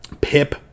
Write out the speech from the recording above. pip